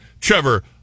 Trevor